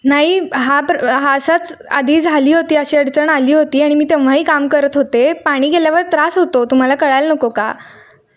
नाही हा प्र हा असाच आधी झाली होती अशी अडचण आली होती आणि मी तेव्हाही काम करत होते पाणी गेल्यावर त्रास होतो तुम्हाला कळायला नको का